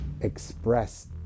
express